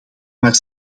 maar